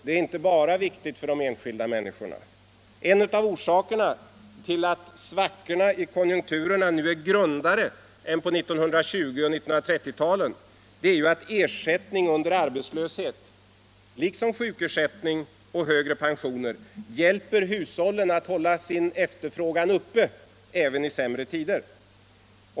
Det är inte bara viktigt för de enskilda människorna. En av orsakerna till att svackorna i konjunkturerna nu är grundare än på 1920 och 1930-talen är att ersättning under arbetslöshet liksom sjukersättning och högre pensioner hjälper hushållen att hålla sin efterfrågan uppe även i sämre tider.